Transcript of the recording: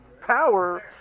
power